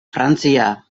frantzia